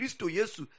Jesus